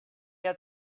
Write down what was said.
had